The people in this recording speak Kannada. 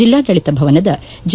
ಜಿಲ್ಲಾಡಳಿತ ಭವನದ ಜೆ